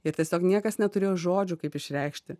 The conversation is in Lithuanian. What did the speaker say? ir tiesiog niekas neturėjo žodžių kaip išreikšti